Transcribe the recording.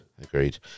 Agreed